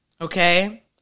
Okay